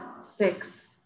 six